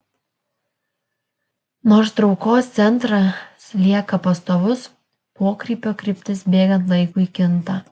nors traukos centras lieka pastovus pokrypio kryptis bėgant laikui kinta